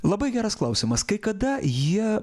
labai geras klausimas kai kada jie